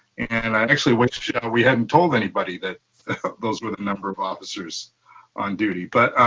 and i actually wish but you know we hadn't told anybody that those were the number of officers on duty. but